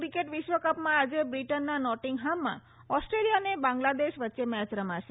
cricket વિશ્વકપમાં આજે બ્રિટનના નોટીંગહામમાં ઓસ્ટ્રેલિયા અને બાંગ્લાદેશ વચ્ચે મેચ રમાશે